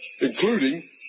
including